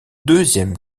deuxième